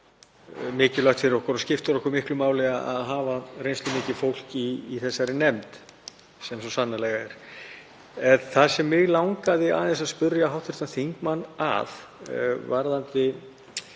mikilvægt fyrir okkur og skiptir okkur miklu máli að hafa reynslumikið fólk í þessari nefnd, sem svo sannarlega er. En það sem mig langaði að spyrja hv. þingmann um, varðandi